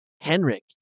Henrik